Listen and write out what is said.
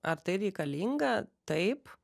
ar tai reikalinga taip